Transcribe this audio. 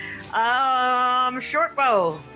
shortbow